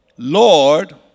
Lord